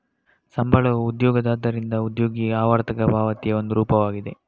ಸಂಬಳವು ಉದ್ಯೋಗದಾತರಿಂದ ಉದ್ಯೋಗಿಗೆ ಆವರ್ತಕ ಪಾವತಿಯ ಒಂದು ರೂಪವಾಗಿದೆ